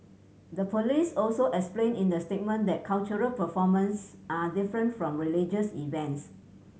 the police also explained in the statement that cultural performances are different from religious events